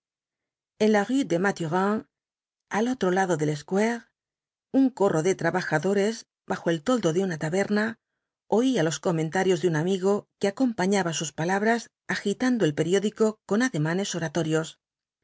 la rué des mathurins al otro lado del square un corro de trabajadores bajo el toldo de una taberna oía los comentarios de un amigo que acompañaba su palabras agitando el periódico con ademanes oratorios